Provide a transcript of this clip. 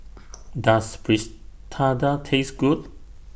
Does Taste Good